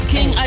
King